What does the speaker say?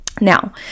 now